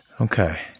Okay